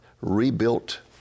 rebuilt